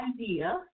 idea